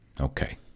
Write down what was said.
okay